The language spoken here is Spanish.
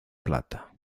plata